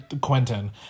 Quentin